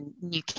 new